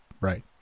right